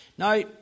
Now